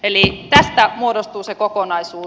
eli tästä muodostuu se kokonaisuus